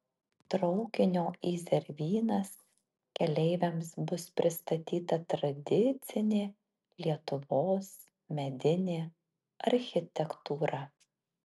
traukinio į zervynas keleiviams bus pristatyta tradicinė lietuvos medinė architektūra